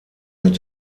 mit